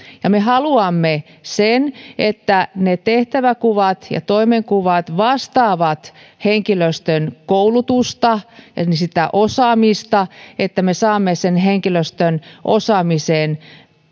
me haluamme että ne tehtäväkuvat ja toimenkuvat vastaavat henkilöstön koulutusta sitä osaamista niin että me saamme henkilöstön osaamisen